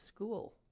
school